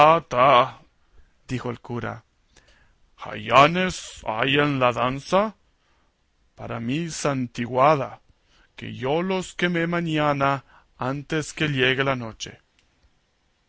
dijo el cura jayanes hay en la danza para mi santiguada que yo los queme mañana antes que llegue la noche